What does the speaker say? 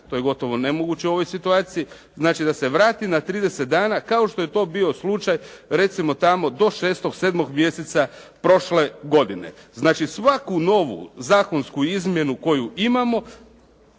to je gotovo nemoguće u ovoj situaciji. Znači, da se vrati na 30 dana kao što je to bio slučaj recimo tamo do šestog, sedmog mjeseca prošle godine. Znači, svaku novu zakonsku izmjenu koju imamo